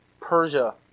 Persia